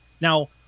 Now